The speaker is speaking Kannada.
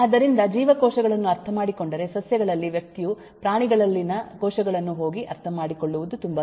ಆದ್ದರಿಂದ ಜೀವಕೋಶಗಳನ್ನು ಅರ್ಥಮಾಡಿಕೊಂಡರೆ ಸಸ್ಯಗಳಲ್ಲಿ ವ್ಯಕ್ತಿಯು ಪ್ರಾಣಿಗಳಲ್ಲಿನ ಕೋಶಗಳನ್ನು ಹೋಗಿ ಅರ್ಥಮಾಡಿಕೊಳ್ಳುವುದು ತುಂಬಾ ಸುಲಭ